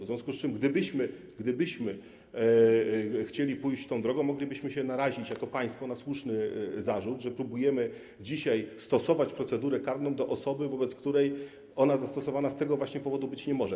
W związku z tym gdybyśmy chcieli pójść tą drogą, moglibyśmy się narazić jako państwo na słuszny zarzut, że próbujemy dzisiaj stosować procedurę karną wobec osoby, wobec której ona zastosowana z tego właśnie powodu być nie może.